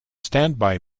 standby